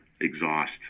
exhaust